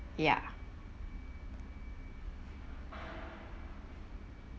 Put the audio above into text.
ya